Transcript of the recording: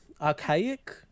archaic